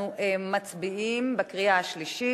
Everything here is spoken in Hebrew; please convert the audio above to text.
אנחנו מצביעים בקריאה השלישית.